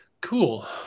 cool